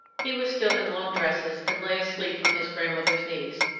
he was still in long dresses and lay asleep on his grandmother's knees,